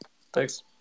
thanks